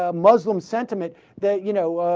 ah muslim sentiment that you know ah.